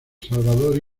salvador